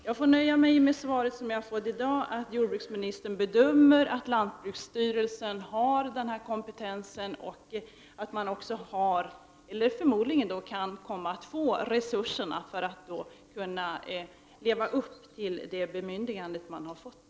Jag får nöja mig med det svar jag har fått i dag, i vilket jordbruksministern säger att han bedömer att lantbruksstyrelsen har denna kompetens och även har, eller förmodligen kan komma att få, de resurser som är nödvändiga för att kunna leva upp till det bemyndigande som man har fått.